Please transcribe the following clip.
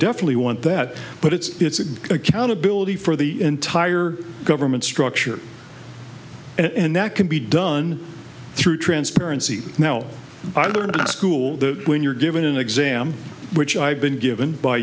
definitely want that but it's it's an accountability for the entire government structure and that can be done through transparency now are going to school when you're given an exam which i've been given by